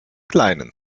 kleinen